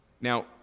Now